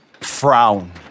frown